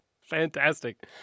Fantastic